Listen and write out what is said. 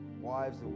wives